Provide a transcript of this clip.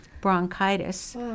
bronchitis